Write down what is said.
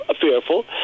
fearful